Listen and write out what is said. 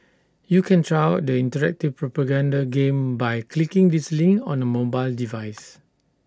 you can try out the interactive propaganda game by clicking this link on A mobile device